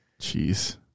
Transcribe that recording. Jeez